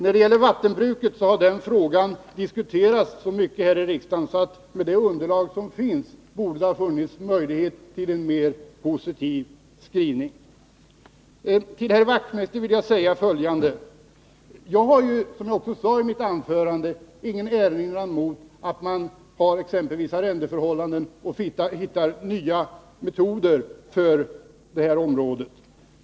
Frågan om vattenbruket har diskuterats så mycket här i riksdagen att det borde ha funnits möjlighet till en mera positiv skrivning på det underlag som finns. Till herr Wachtmeister vill jag säga att jag, som jag sade i mitt anförande, inte har någon erinran att göra mot att man använder exempelvis arrendeförhållanden och hittar nya former på det här området.